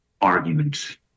arguments